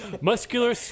Muscular